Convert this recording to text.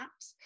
apps